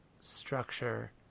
structure